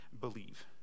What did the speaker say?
believe